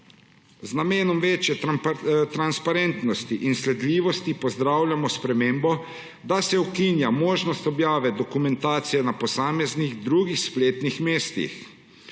namenom večje transparentnosti in sledljivosti pozdravljamo spremembo, da se ukinja možnost objave dokumentacije na posameznih drugih spletnih mestih.